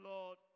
Lord